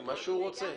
מה שהוא רוצה.